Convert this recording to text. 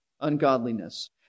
ungodliness